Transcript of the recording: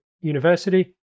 university